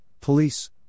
police